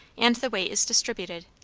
and the weight is distributed.